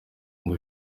ngo